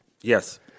Yes